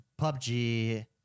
PUBG